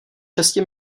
šesti